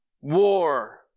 war